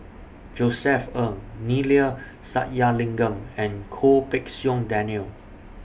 Josef Ng Neila Sathyalingam and Goh Pei Siong Daniel